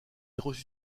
reçut